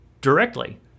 directly